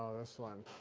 this one.